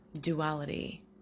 duality